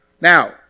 Now